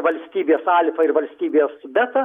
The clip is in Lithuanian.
valstybės alfa ir valstybės beta